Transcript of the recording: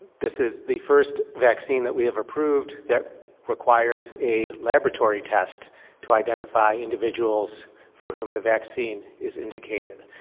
this is the first vaccine that we have approved that requires a laboratory test to identify individuals for whom the vaccine is indicated.